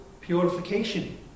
purification